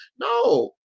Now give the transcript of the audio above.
No